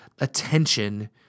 attention